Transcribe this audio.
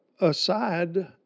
aside